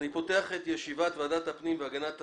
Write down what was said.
אני פותח את ישיבת ועדת הפנים והגנת הסביבה.